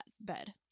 bed